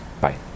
bye